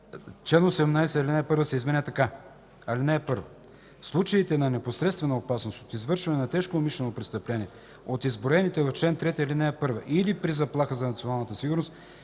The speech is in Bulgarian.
чл. 18 ал. 1 се изменя така: „(1) В случаите на непосредствена опасност от извършване на тежко умишлено престъпление от изброените в чл. 3, ал. 1 или при заплаха за националната сигурност,